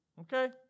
Okay